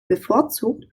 bevorzugt